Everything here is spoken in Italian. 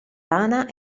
rana